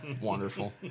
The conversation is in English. wonderful